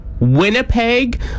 Winnipeg